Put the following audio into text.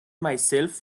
myself